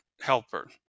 helper